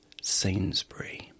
Sainsbury